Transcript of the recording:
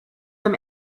them